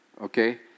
okay